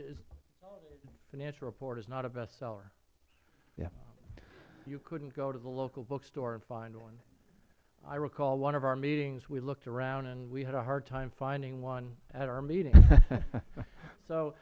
consolidated financial report is not a best seller you couldnt go to the local bookstore and find one i recall one of our meetings we looked around and we had a hard time finding one at our meeting so